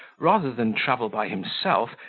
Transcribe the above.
rather than travel by himself,